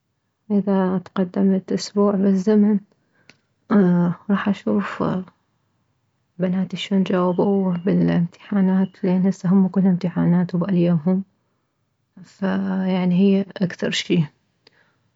اذا تقدمت اسبوع بالزمن راح اشوف بناتي شلون جاوبو بالامتحانات لان هسه هم كلها امتحانات وبالي يمهم فيعني هي اكثر شي